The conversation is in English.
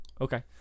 Okay